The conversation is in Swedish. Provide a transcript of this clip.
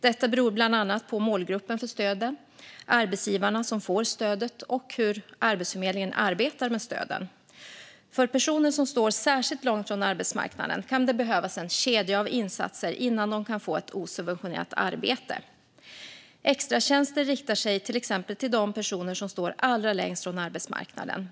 Detta beror bland annat på målgruppen för stöden, arbetsgivarna som får stödet och hur Arbetsförmedlingen arbetar med stöden. För personer som står särskilt långt från arbetsmarknaden kan det behövas en kedja av insatser innan de kan få ett osubventionerat arbete. Extratjänster riktar sig till exempel till de personer som står allra längst från arbetsmarknaden.